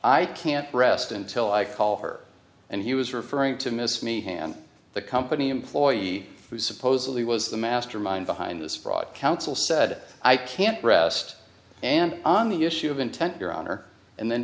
i can't rest until i call her and he was referring to miss me hand the company employee who supposedly was the mastermind behind this fraud counsel said i can't rest and on the issue of intent your honor and then